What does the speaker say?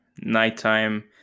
nighttime